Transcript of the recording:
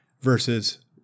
versus